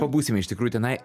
pabūsim iš tikrųjų tenai